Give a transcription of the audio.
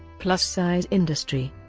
plus-size industry